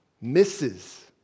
Misses